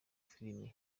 filime